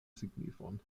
signifon